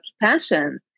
passion